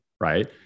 right